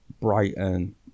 Brighton